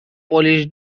polish